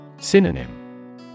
Synonym